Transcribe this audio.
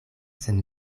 sen